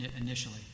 initially